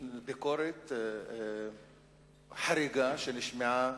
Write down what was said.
ביקורת חריגה שנשמעה